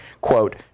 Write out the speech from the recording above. quote